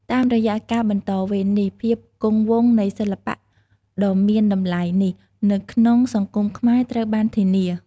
តាមរយៈការ បន្តវេន នេះ ភាពគង់វង្សនៃសិល្បៈដ៏មានតម្លៃនេះ នៅក្នុងសង្គមខ្មែរត្រូវបានធានា។